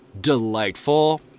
delightful